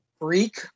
freak